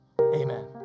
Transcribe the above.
Amen